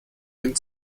den